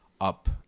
up